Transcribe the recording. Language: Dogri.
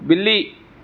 बिल्ली